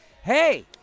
hey